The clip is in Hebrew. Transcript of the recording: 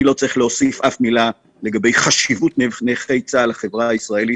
אני לא צריך להוסיף אף מילה לגבי חשיבות נכי צה"ל לחברה הישראלית.